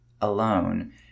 alone